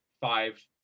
five